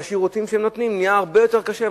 מהם בשירותים שהן נותנות, שזה נהיה הרבה יותר קשה.